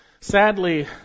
Sadly